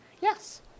Yes